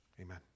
amen